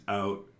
out